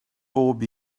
bob